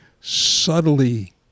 subtly